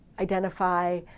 identify